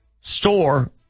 store